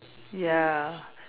ya